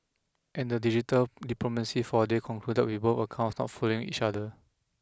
and the digital diplomacy for a day concluded with both accounts not following each other